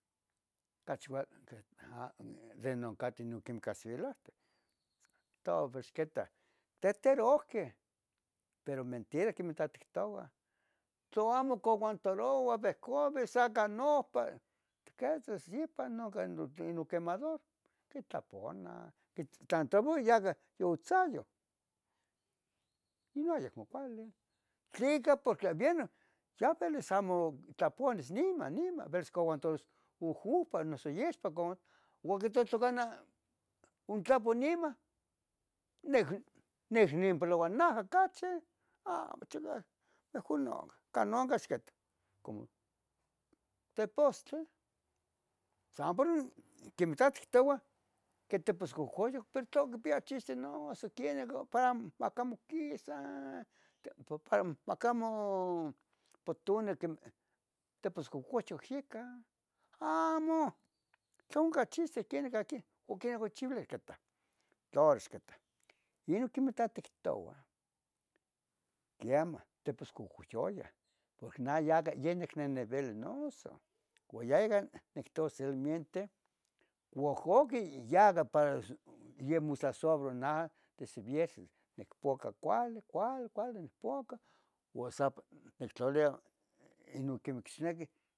cachi vielic ah de nun cati nun queme cazuelati, tova xiqueta teterohqueh, pero mentira quemen teh tictova, tlo amo cuantaroua vencove sa can nompa son que sepa no tlen noquemador quitapuna, tlan tavuyaga yotzayuh, inon yicmovali, tlica por vieno xa vilis amo tlapuanis niman, niman xa vilis aguataros uhupa, noso yespa como, uan tla canah untlopun niman nah nipoloua naja cachi amo chicac mejor canon can nonca xiqueta como tepostle, san por quimitati ictouah que tiposcocohyuc, pero tlen quipia chiste non siquie para amo macamo quisa, macamo potuni teposcocohyuc yica, amo, tla onca chiste quen nican qui o quen cochiuileh tatah. Lor isqueta nin miquetactoua quiemah teposcocohyuya porque yan nac vali venenoso, uan yeica noctoua cielmente guhguqui yaga para yo mososca atl desde viernes, nicpuca cuali, cuali, cuali nicpuca uan sa pa nictlalia inon quemeh quixnequi